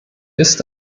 ist